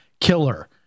Killer